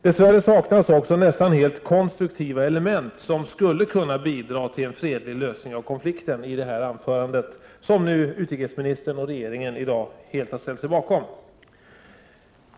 Dess värre saknas också nästan helt konstruktiva element, som skulle kunna bidra till en fredlig lösning av konflikten, i det anförande som utrikesministern och regeringen i dag helt har ställt sig bakom.